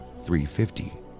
350